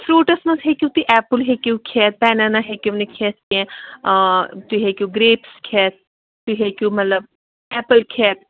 فرٛوٗٹَس منٛز ہیٚکِو تُہۍ ایپل ہیٚکِو کھٮ۪تھ بٮ۪نانا ہیٚکِو نہٕ کھٮ۪تھ کیٚنٛہہ تُہۍ ہیٚکِو گرٛیٚپٕس کھٮ۪تھ تُہۍ ہیٚکِو مطلب ایپُل کھٮ۪تھ